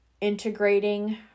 integrating